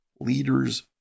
leaders